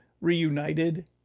reunited